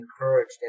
encouraged